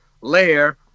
lair